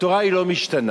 התורה לא משתנה,